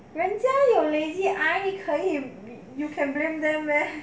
人家有 lazy eye 你可以 you can blame them meh